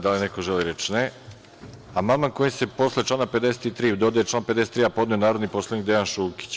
Da li neko želi reč? (Ne) Amandman kojim se posle člana 53. dodaje član 53a podneo je narodni poslanik Dejan Šulkić.